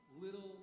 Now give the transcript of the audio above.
little